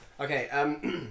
Okay